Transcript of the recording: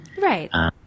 Right